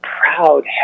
proud